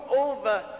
over